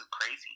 crazy